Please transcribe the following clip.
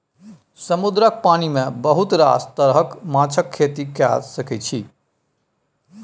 समुद्रक पानि मे बहुत रास तरहक माछक खेती कए सकैत छी